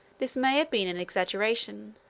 this may have been an exaggeration.